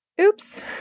oops